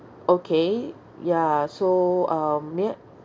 okay ya so um may I